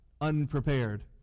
unprepared